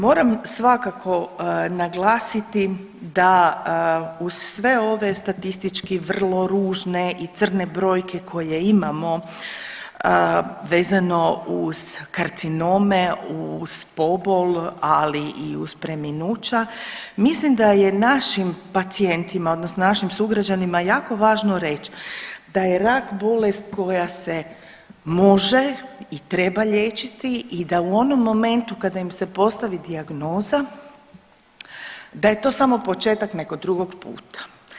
Moram svakako naglasiti da uz sve ove statistički vrlo ružne i crne brojke koje imamo vezano uz karcinome, uz pobol, ali i uz preminuća mislim da je našim pacijentima odnosno našim sugrađanima jako važno reći da je rak bolest koja se može i treba liječiti i u onom momentu kada im se postavi dijagnoza da je to samo početak nekog drugog puta.